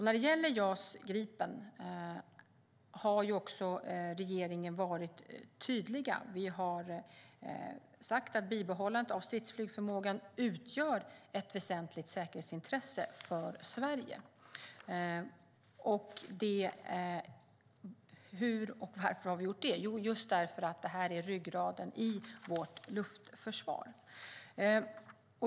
När det gäller JAS Gripen har regeringen varit tydlig. Vi har sagt att bibehållandet av stridsflygsförmågan utgör ett väsentligt säkerhetsintresse för Sverige. Hur och varför har vi gjort det? Jo, därför att det här är ryggraden i vårt luftförsvar.